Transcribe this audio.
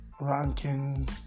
ranking